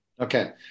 Okay